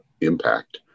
impact